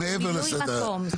השאלה הזאת היא כבר מעבר לסדר היום.